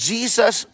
Jesus